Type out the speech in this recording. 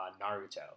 Naruto